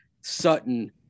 Sutton –